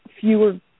fewer